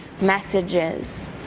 messages